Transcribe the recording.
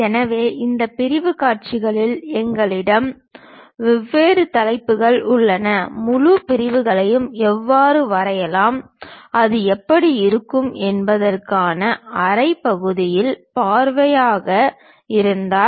எனவே இந்த பிரிவுக் காட்சிகளில் எங்களிடம் வெவ்வேறு தலைப்புகள் உள்ளன முழு பிரிவுகளையும் எவ்வாறு வரையலாம் அது எப்படி இருக்கும் என்பதற்கான அரை பகுதியின் பார்வையாக இருந்தால்